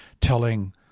telling